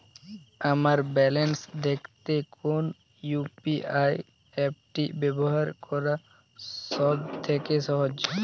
আমার ব্যালান্স দেখতে কোন ইউ.পি.আই অ্যাপটি ব্যবহার করা সব থেকে সহজ?